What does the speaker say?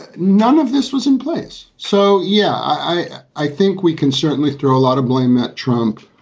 none of this was in place. so, yeah i i think we can certainly throw a lot of blame at trump,